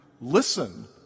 listen